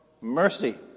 mercy